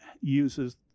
uses